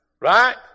Right